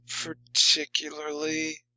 particularly